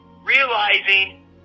realizing